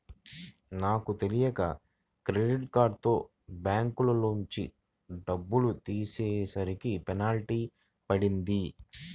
నాకు తెలియక క్రెడిట్ కార్డుతో బ్యాంకులోంచి డబ్బులు తీసేసరికి పెనాల్టీ పడింది